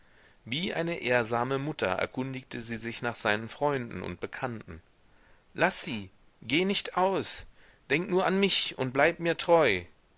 wie eine ehrsame mutter erkundigte sie sich nach seinen freunden und bekannten laß sie geh nicht aus denk nur an mich und bleib mir treu